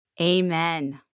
Amen